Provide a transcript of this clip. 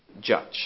judge